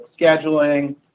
scheduling